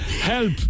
Help